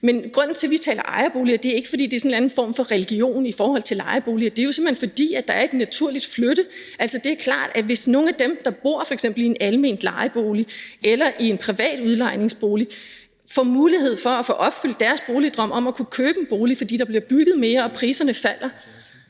Men grunden til, at vi taler ejerboliger, er ikke, at det er sådan en eller anden form for religion i forhold til lejeboliger. Det er jo simpelt hen, fordi det er et naturligt flyttemønster. Det er klart, at hvis nogle af dem, der f.eks. bor i en almen lejebolig eller i en privat udlejningsbolig, får mulighed for at få opfyldt deres boligdrøm om at kunne købe en bolig, fordi der bliver bygget mere og priserne falder,